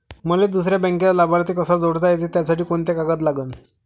मले दुसऱ्या बँकेचा लाभार्थी कसा जोडता येते, त्यासाठी कोंते कागद लागन?